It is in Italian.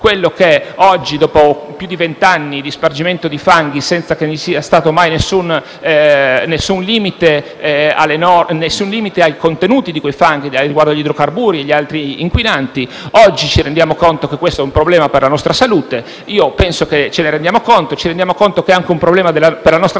il 41. Oggi, dopo più di vent’anni di spargimento di fanghi, senza che vi sia stato mai nessun limite ai contenuti nocivi di quei fanghi, anche riguardo agli idrocarburi e agli altri inquinanti, ci rendiamo conto che questo è un problema per la nostra salute. Noi ce ne rendiamo conto, come ci rendiamo conto del fatto che è un problema riguardante la nostra salute